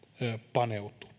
paneutuu